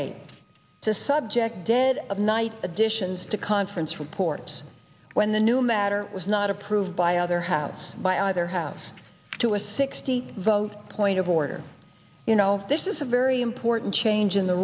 eight to subject dead of night additions to conference reports when the new matter was not approved by other house by either have to a sixty vote point of order you know this is a very important change in the